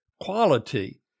quality